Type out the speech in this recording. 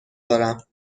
دارم